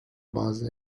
bazı